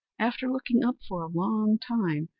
after looking up for a long time,